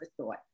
thought